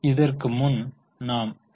இதற்கு முன் நாம் டீ